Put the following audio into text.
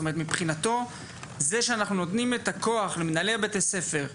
מבחינתו כשאנחנו נותנים את הכוח למנהלי בתי הספר,